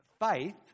faith